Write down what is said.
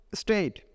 state